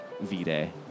V-Day